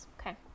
Okay